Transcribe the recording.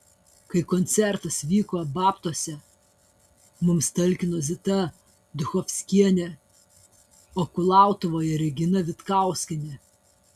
kai koncertas vyko babtuose mums talkino zita duchovskienė o kulautuvoje regina vitkauskienė